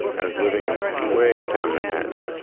i was living in way uptown manhattan.